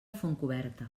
fontcoberta